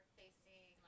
facing